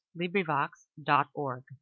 LibriVox.org